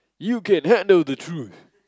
you can handle the truth